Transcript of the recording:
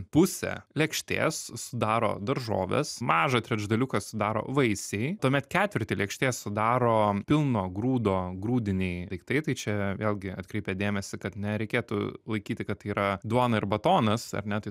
pusę lėkštės sudaro daržovės mažą trečdaliuką sudaro vaisiai tuomet ketvirtį lėkštės sudaro pilno grūdo grūdiniai daiktai tai čia vėlgi atkreipia dėmesį kad nereikėtų laikyti kad tai yra duona ir batonas ar ne tai